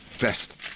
Best